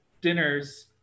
dinners